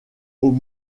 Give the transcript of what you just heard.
aux